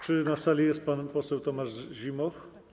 Czy na sali jest pan poseł Tomasz Zimoch?